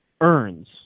earns